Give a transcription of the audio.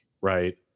Right